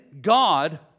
God